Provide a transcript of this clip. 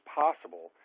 possible